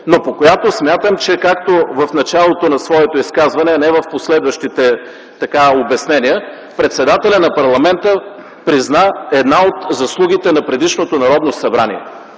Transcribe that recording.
по която смятам, че в началото на своето изказване, а не в последващите обяснения председателят на парламента призна една от заслугите на предишното Народно събрание.